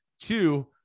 Two